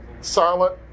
silent